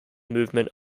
movement